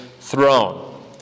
throne